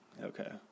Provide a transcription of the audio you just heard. Okay